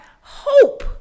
hope